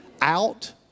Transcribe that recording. out